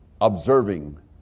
observing